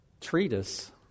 treatise